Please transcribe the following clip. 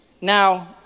Now